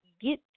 get